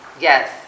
Yes